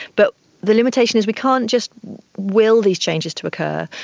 but the limitation is we can't just will these changes to occur,